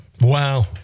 Wow